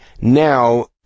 now